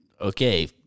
Okay